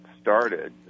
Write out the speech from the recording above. started